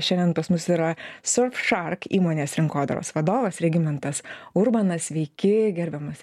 šiandien pas mus yra surfshark įmonės rinkodaros vadovas regimantas urbanas sveiki gerbiamas